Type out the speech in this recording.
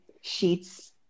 sheets